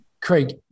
Craig